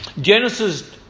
Genesis